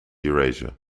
eurasia